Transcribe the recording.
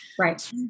Right